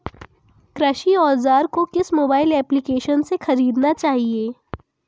कृषि औज़ार को किस मोबाइल एप्पलीकेशन से ख़रीदना चाहिए?